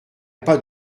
pas